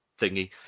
thingy